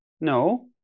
no